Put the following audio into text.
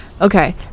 okay